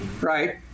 right